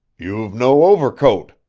you've no overcoat,